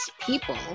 people